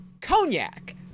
cognac